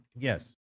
Yes